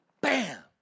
bam